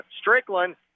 Strickland